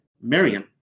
Miriam